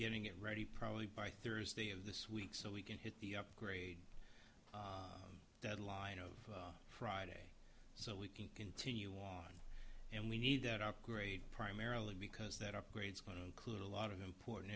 getting it ready probably by thursday of this week so we can hit the upgrade deadline of friday so we can continue on and we need that upgrade primarily because that upgrades going to include a lot of important